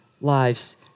lives